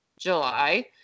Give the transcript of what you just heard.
July